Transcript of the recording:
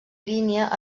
línia